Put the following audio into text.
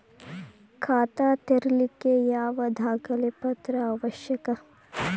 ಖಾತಾ ತೆರಿಲಿಕ್ಕೆ ಯಾವ ದಾಖಲೆ ಪತ್ರ ಅವಶ್ಯಕ?